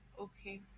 Okay